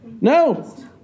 No